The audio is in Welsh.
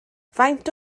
faint